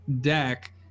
deck